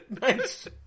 Nice